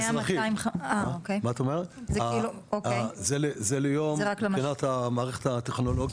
האזרחי, זה ליום, מבחינת המערכת הטכנולוגית.